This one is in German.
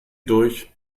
durch